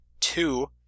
Two